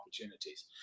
opportunities